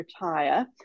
retire